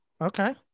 Okay